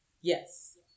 Yes